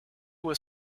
was